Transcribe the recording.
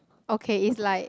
okay is like